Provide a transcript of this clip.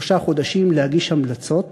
שלושה חודשים, להגיש המלצות